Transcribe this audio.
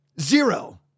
Zero